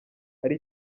ari